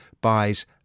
buys